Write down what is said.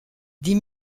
dix